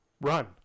Run